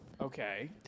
Okay